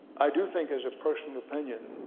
i do think as a personal opinion,